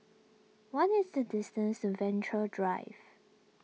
what is the distance Venture Drive